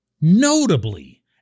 notably